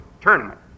tournament